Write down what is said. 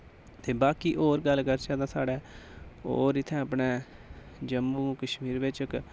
ते बाकि और गल्ल करचै तां साढ़े और इत्थै अपने जम्मू कश्मीर बिच्च इक